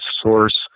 source